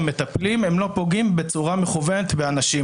המטפלים לא פוגעים בצורה מכוונת באנשים.